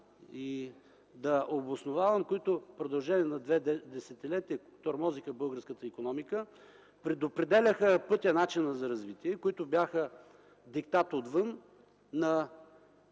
и обосновавам, които в продължение на две десетилетия тормозеха българската икономика, предопределяха пътя и начина на развитие, които бяха диктат отвън на